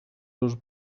dos